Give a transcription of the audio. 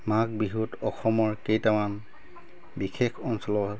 মাঘ বিহুত অসমৰ কেইটামান বিশেষ অঞ্চলৰ